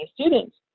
students